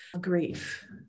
grief